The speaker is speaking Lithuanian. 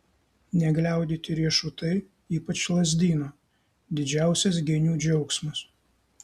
negliaudyti riešutai ypač lazdyno didžiausias genių džiaugsmas